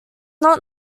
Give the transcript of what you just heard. not